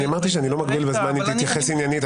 אני אמרתי שאני לא מגביל בזמן אם תתייחס עניינית.